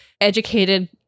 educated